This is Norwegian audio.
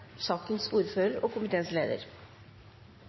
til saksordfører og komiteens leder